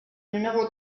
numéro